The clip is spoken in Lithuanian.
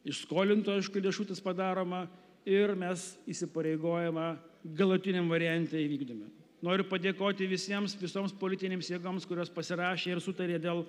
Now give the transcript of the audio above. iš skolintų aišku lėšų tas padaroma ir mes įsipareigojamą galutiniam variante įvykdome noriu padėkoti visiems visoms politinėms jėgoms kurios pasirašė ir sutarė dėl